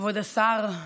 כבוד השר,